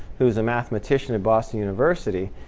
who's a mathematician at boston university,